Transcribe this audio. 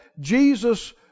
Jesus